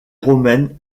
romaine